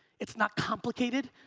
it's not complicated.